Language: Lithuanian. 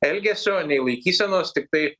elgesio nei laikysenos tiktai